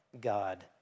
God